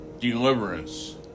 deliverance